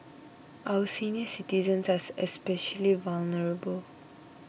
our senior citizens are especially vulnerable